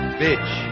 bitch